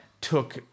took